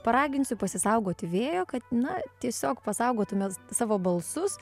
paraginsiu pasisaugoti vėjo kad na tiesiog pasaugotumėt savo balsus